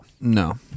No